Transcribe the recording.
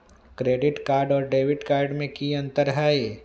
Credit card और debit card में की अंतर हई?